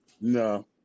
No